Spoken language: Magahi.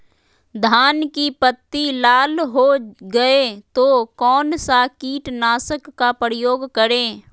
धान की पत्ती लाल हो गए तो कौन सा कीटनाशक का प्रयोग करें?